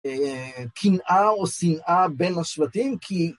אה... קנאה או שנאה בין השבטים כי